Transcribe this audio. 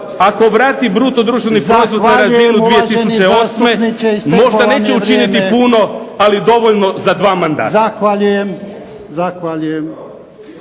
ako vrati bruto društveni proizvod na razinu 2008. možda neće učiniti puno ali dovoljno za dva mandata.